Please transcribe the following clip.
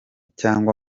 cyangwa